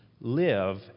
live